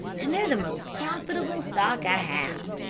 and they're the most profitable stock i have.